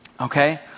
Okay